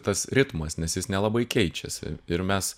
tas ritmas nes jis nelabai keičiasi ir mes